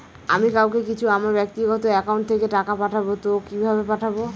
আমি কাউকে কিছু আমার ব্যাক্তিগত একাউন্ট থেকে টাকা পাঠাবো তো কিভাবে পাঠাবো?